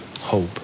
hope